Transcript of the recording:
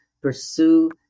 Pursue